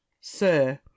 sir